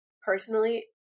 personally